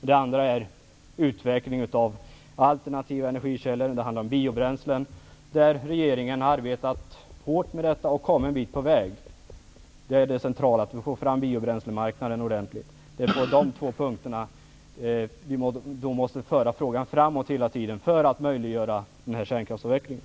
Det andra var utveckling av alternativa energikällor. Det handlar om biobränslen. Regeringen har arbetat hårt med dessa frågor och har kommit en bit på väg. Det är centralt att gå framåt på biobränslemarknaden. Frågan måste föras framåt hela tiden på dessa två punkter för att på så sätt möjliggöra kärnkraftsavvecklingen.